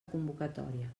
convocatòria